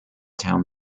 town